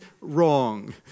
wrong